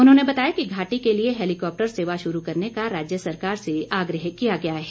उन्होंने बताया कि घाटी के लिए हैलीकॉप्टर सेवा शुरू करने का राज्य सरकार से आग्रह किया गया है